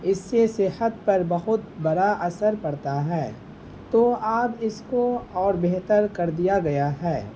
اس سے صحت پر بہت برا اثر پڑتا ہے تو اب اس کو اور بہتر کر دیا گیا ہے